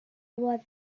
was